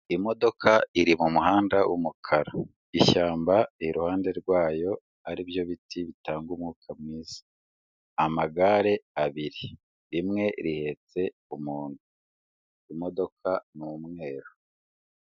Imodoka iri mu muhanda w'umukara, ishyamba iruhande rwayo ari byo biti bitanga umwuka mwiza, amagare abiri, rimwe rihetse umuntu, imodoka n'umweru.